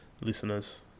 listeners